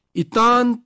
itan